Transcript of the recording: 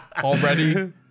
already